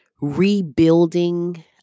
rebuilding